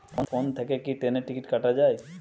Phone থেকে কি ট্রেনের টিকিট কাটা য়ায়?